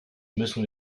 müssen